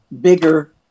bigger